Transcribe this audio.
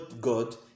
God